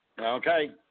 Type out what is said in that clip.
Okay